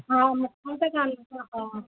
हा मूंखां त कोन्ह ह आ